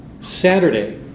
Saturday